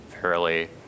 fairly